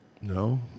No